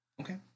okay